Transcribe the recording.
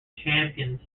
champions